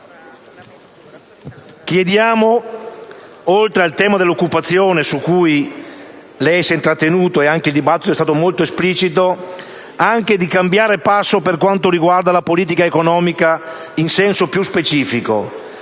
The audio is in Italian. dei patti. Oltre al tema dell'occupazione, su cui lei si è intrattenuto e rispetto al quale anche il dibattito è stato molto esplicito, chiediamo di cambiare passo per quanto riguarda la politica economica in senso più specifico.